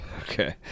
Okay